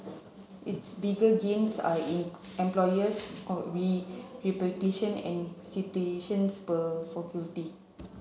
its bigger gains are in employers reputation and citations per faculty